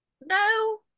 no